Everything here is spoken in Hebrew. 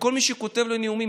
וכל מי שכותב לו נאומים,